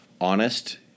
honest